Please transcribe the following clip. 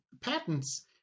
patents